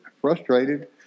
frustrated